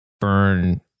burn